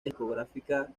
discográfica